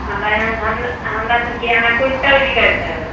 हमरा यहाँ हमरा सबके यहाँ क्विन्टल बिकै छै